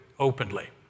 openly